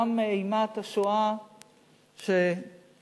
גם מאימת השואה שפגעה